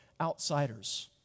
outsiders